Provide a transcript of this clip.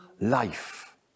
life